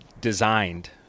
designed